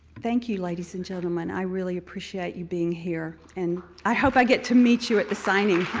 thank you ladies and gentlemen. i really appreciate you being here and i hope i get to meet you at the signing.